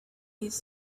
these